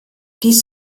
dies